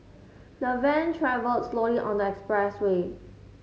the van travelled slowly on the expressway